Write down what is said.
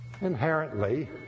inherently